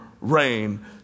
rain